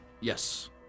Yes